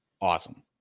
Awesome